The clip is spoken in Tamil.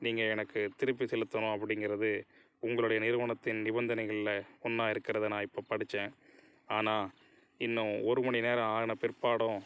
நீங்கள் எனக்கு திருப்பி செலுத்தணும் அப்படிங்கிறது உங்களுடைய நிறுவனத்தின் நிபந்தனைகளில் ஒன்றா இருக்கிறத நான் இப்போ படித்தேன் ஆனால் இன்னும் ஒரு மணிநேரம் ஆன பிற்பாடும்